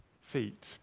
feet